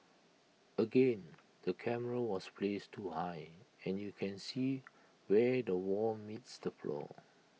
again the camera was placed too high and you can see where the wall meets the floor